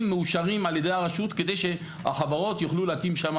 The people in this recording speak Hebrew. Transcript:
מאושרים על ידי הרשות כדי שהחברות יוכלו להקים שם